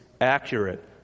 accurate